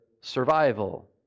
survival